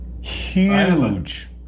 Huge